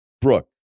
Brooke